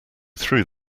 through